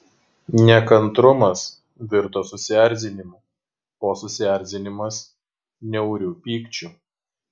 nekantrumas virto susierzinimu o susierzinimas niauriu pykčiu